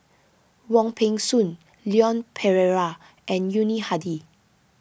Wong Peng Soon Leon Perera and Yuni Hadi